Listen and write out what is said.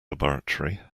laboratory